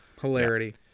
Hilarity